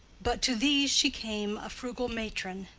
but to these she came a frugal matron,